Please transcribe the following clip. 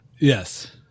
yes